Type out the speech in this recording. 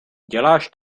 děláš